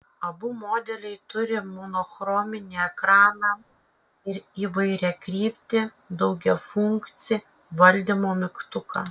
abu modeliai turi monochrominį ekraną ir įvairiakryptį daugiafunkcį valdymo mygtuką